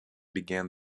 began